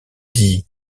dit